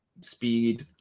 speed